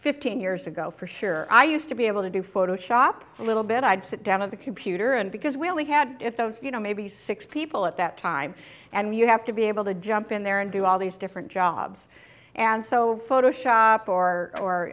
fifteen years ago for sure i used to be able to do photoshop a little bit i'd sit down of the computer and because we only had you know maybe six people at that time and you have to be able to jump in there and do all these different jobs and so photoshop or or